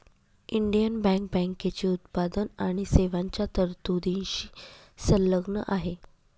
Indian bank बँकेची उत्पादन आणि सेवांच्या तरतुदींशी संलग्न आहे